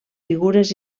figures